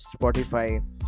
Spotify